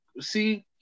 see